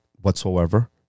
whatsoever